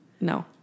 No